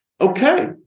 Okay